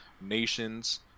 nations